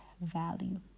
value